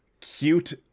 cute